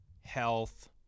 health